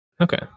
Okay